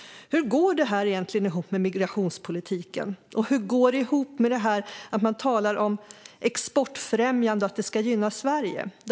Hur går detta egentligen ihop med migrationspolitiken? Och hur går det ihop med talet om exportfrämjandet och att det ska gynna Sverige?